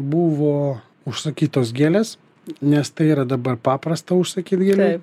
buvo užsakytos gėles nes tai yra dabar paprasta užsakyt gėlė